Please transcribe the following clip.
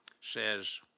says